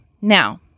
Now